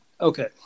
okay